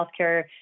healthcare